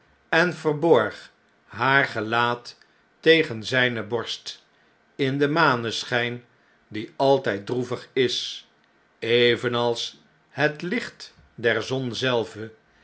en verborg haar gelaat tegen zpe borst in den maneschp die altjjd droevig is evenals het licht der zon zelve